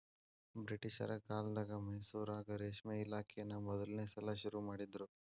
ಬ್ರಿಟಿಷರ ಕಾಲ್ದಗ ಮೈಸೂರಾಗ ರೇಷ್ಮೆ ಇಲಾಖೆನಾ ಮೊದಲ್ನೇ ಸಲಾ ಶುರು ಮಾಡಿದ್ರು